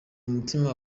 umutima